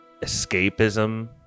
escapism